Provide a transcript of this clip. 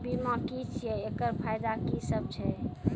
बीमा की छियै? एकरऽ फायदा की सब छै?